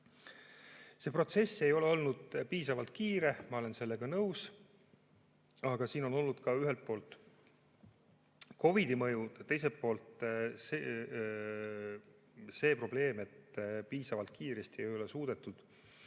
See protsess ei ole olnud piisavalt kiire, ma olen sellega nõus. Aga siin on olnud ühelt poolt ka COVID‑i mõju, teiselt poolt see probleem, et piisavalt kiiresti ei ole suudetud